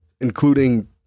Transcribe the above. including